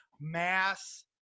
mass